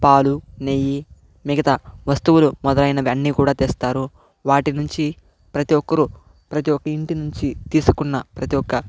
పాలు నెయ్యి మిగతా వస్తువులు మొదలైనవన్నీ కూడా తెస్తారు వాటి నుంచి ప్రతి ఒక్కరు ప్రతి ఒక్క ఇంటి నుంచి తీసుకున్న ప్రతి ఒక్క